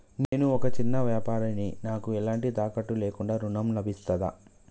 నేను ఒక చిన్న వ్యాపారిని నాకు ఎలాంటి తాకట్టు లేకుండా ఋణం లభిస్తదా?